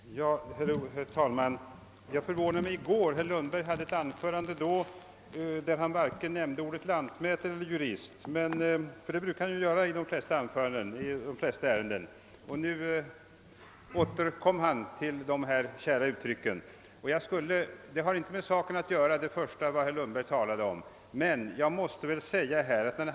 Herr talman! Herr Lundberg nöll i går ett anförande och jag förvånade mig över att han då varken nämnde lantmätare eller jurister — det brukar han göra i de flesta ärenden. Nu återkom han emellertid till dessa kära uttryck. Det första som herr Lundberg talade om har egentligen inte med frågan att göra.